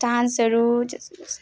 डान्सहरू जस्तै जसै